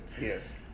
Yes